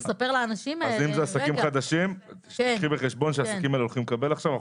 אם מדובר בעסקים חדשים אז הם הולכים לקבל עכשיו,